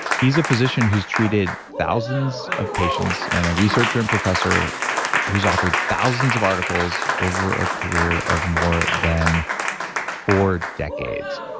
he's a physician who's treated thousands of patients and a researcher and professor who's authored thousands of articles over a career of more than four decades.